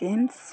change